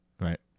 Right